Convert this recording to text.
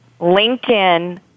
LinkedIn